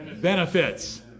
benefits